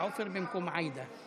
מעניין שהוא